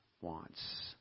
wants